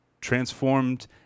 transformed